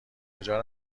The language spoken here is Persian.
کجا